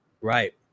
Right